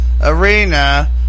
Arena